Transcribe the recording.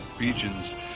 regions